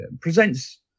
presents